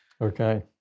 Okay